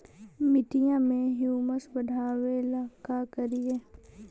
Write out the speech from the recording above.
मिट्टियां में ह्यूमस बढ़ाबेला का करिए?